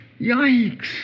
Yikes